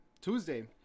Tuesday